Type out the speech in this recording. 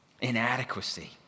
inadequacy